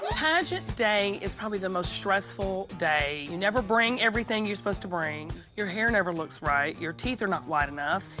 pageant day is probably the most stressful day. you never bring everything you're supposed to bring. your hair never looks right. your teeth are not white enough.